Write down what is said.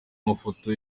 mafoto